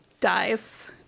dies